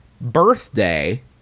birthday